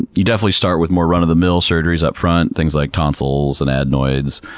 you definitely start with more run-of-the-mill surgeries upfront, things like tonsils and adenoids.